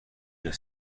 los